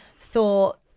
thought